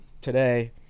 today